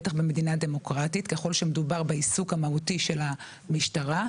בטח במדינה דמוקרטית ככל שמדובר בעיסוק המהותי של המשטרה,